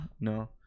no